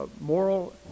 moral